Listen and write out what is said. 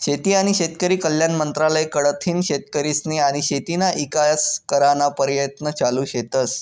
शेती आनी शेतकरी कल्याण मंत्रालय कडथीन शेतकरीस्नी आनी शेतीना ईकास कराना परयत्न चालू शेतस